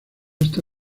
esta